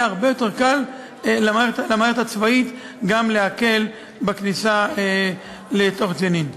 יהיה הרבה יותר קל למערכת הצבאית גם להקל את הכניסה לתוך ג'נין.